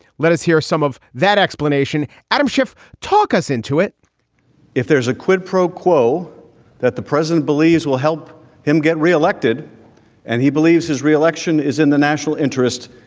let us hear some of that explanation. adam schiff, talk us into it if there's a quid pro quo that the president believes will help him get re-elected and he believes his re-election is in the national interest,